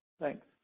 Thanks